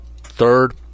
third